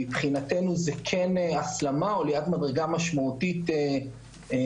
ומבחינתנו זה כן הסלמה או עליית מדרגה משמעותית באכיפה.